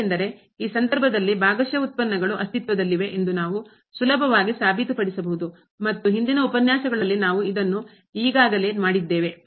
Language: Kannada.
ಏಕೆಂದರೆ ಈ ಸಂದರ್ಭದಲ್ಲಿ ಭಾಗಶಃ ಉತ್ಪನ್ನಗಳು ಅಸ್ತಿತ್ವದಲ್ಲಿವೆ ಎಂದು ನಾವು ಸುಲಭವಾಗಿ ಸಾಬೀತುಪಡಿಸಬಹುದು ಮತ್ತು ಹಿಂದಿನ ಉಪನ್ಯಾಸಗಳಲ್ಲಿ ನಾವು ಇದನ್ನು ಈಗಾಗಲೇ ಮಾಡಿದ್ದೇವೆ